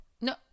No